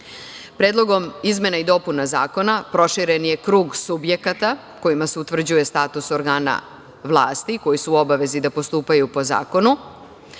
radu. Predlogom izmene i dopuna zakona proširen je krug subjekata kojima se utvrđuje status organa vlasti koji su u obavezi da postupaju po zakoni